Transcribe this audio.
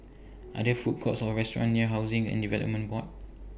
Are There Food Courts Or restaurants near Housing and Development Board